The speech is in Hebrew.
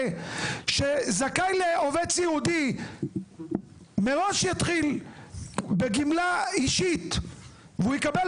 שזכאי לעובד סיעודי מראש יתחיל בגמלה אישית והוא יקבל